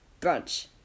brunch